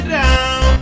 down